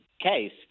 case